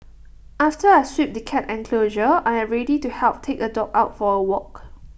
after I sweep the cat enclosure I am ready to help take A dog out for A walk